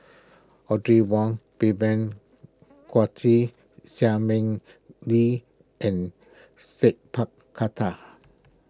Audrey Wong Vivien Quahe Seah Mei Lin and Sat Pal Khattar